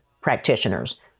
practitioners